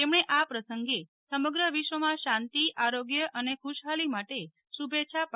તેમણે આ પ્રસંગે સમગ્ર વિશ્વમાં શાંતિ આરોગ્ય અને ખુશહાલી માટે શુભેચ્છા પાઠવી હતી